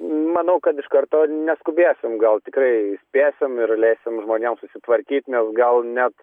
manau kad iš karto neskubėsim gal tikrai spėsim ir leisim žmonėm susitvarkyt nes gal net